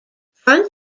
front